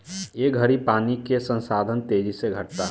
ए घड़ी पानी के संसाधन तेजी से घटता